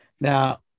Now